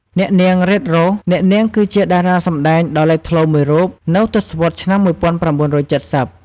អ្នកនាង រ៉េត រ៉ូស អ្នកនាងគឺជាតារាសម្តែងដ៏លេចធ្លោមួយរូបនៅទសវត្សរ៍ឆ្នាំ ១៩៧០។